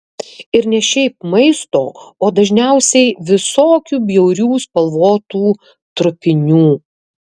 ir ne šiaip maisto o dažniausiai visokių bjaurių spalvotų trupinių